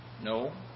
No